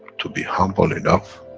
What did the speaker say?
to be humble enough,